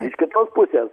iš kitos pusės